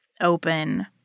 open